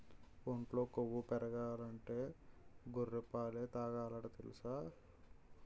ఒంట్లో కొవ్వు పెరగాలంటే గొర్రె పాలే తాగాలట తెలుసా?